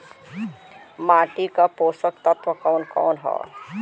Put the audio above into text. माटी क पोषक तत्व कवन कवन ह?